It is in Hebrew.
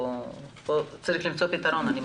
פה צריך למצוא פתרון, אני מסכימה.